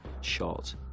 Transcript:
shot